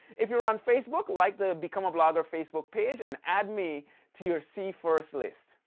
if you're on facebook, like the become a blogger facebook page, and add me to your see first list.